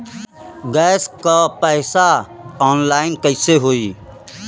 Gas क पैसा online कइसे होई?